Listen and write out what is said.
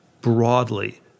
broadly